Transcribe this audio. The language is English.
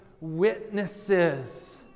witnesses